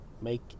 make